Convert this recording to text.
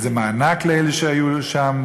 איזה מענק לאלה שהיו שם,